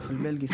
וופל בלגי,